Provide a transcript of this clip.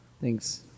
Thanks